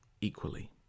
Equally